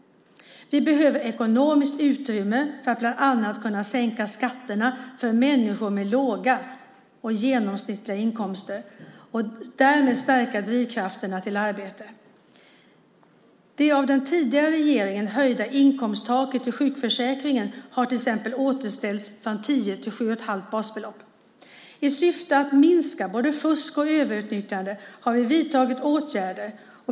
Vi behöver ekonomiskt utrymme för att bland annat kunnat sänka skatterna för människor med låga och genomsnittliga inkomster och därmed stärka drivkrafterna till arbete. Det av den tidigare regeringen höjda inkomsttaket i sjukförsäkringen har till exempel återställts från tio till sju och ett halvt basbelopp. I syfte att minska både fusk och överutnyttjande har vi vidtagit åtgärder.